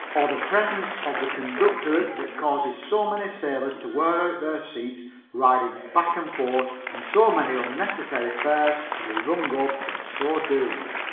or the presence of the conductorette that causes so many sailors to wear out their seats riding back and forth, and so many unnecessary fares to be rung up in so doing?